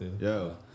Yo